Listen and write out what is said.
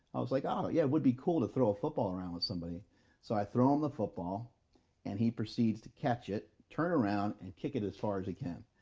i was like, oh yeah, it would be cool to throw a football around with somebody so i throw him the football and he proceeds to catch it, turn around and kick it as far as he can.